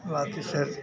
बाकी सब